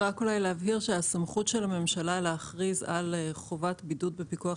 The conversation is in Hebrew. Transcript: הסמכות של הממשלה להכריז על חובת בידוד בפיקוח